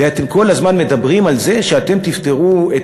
אתם כל הזמן מדברים על זה שאתם תפתרו את